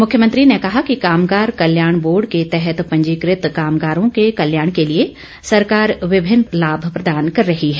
मुख्यमंत्री ने कहा कि कामगार कलयाण बोर्ड के तहत पंजीकृत कामगारों के कल्याण के लिए सरकार विभिन्न लाभ प्रदान कर रही है